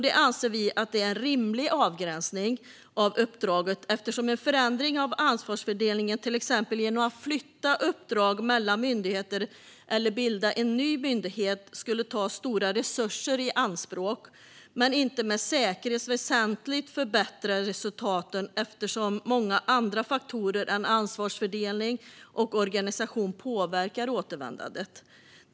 Det anser vi är en rimlig avgränsning av uppdraget eftersom en förändring av ansvarsfördelningen, till exempel genom att flytta uppdrag mellan myndigheter eller bilda en ny myndighet, skulle ta stora resurser i anspråk men inte med säkerhet väsentligt förbättra resultaten eftersom många andra faktorer än ansvarsfördelning och organisation påverkar återvändandet.